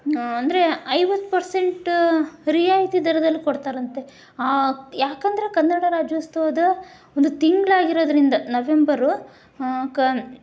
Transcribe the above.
ಅಂದರೆ ಐವತ್ತು ಪರ್ಸೆಂಟ್ ರಿಯಾಯಿತಿ ದರದಲ್ಲಿ ಕೊಡ್ತಾರಂತೆ ಯಾಕಂದರೆ ಕನ್ನಡ ರಾಜ್ಯೋತ್ಸವದ ಒಂದು ತಿಂಗ್ಳು ಆಗಿರೋದರಿಂದ ನವೆಂಬರು ಕ